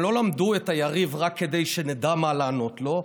הם לא למדו את היריב רק כדי שנדע מה לענות לו,